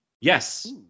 Yes